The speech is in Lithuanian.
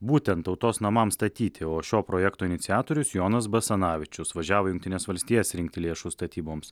būtent tautos namams statyti o šio projekto iniciatorius jonas basanavičius važiavo į jungtines valstijas rinkti lėšų statyboms